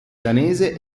danese